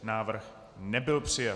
Návrh nebyl přijat.